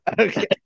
okay